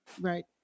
Right